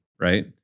right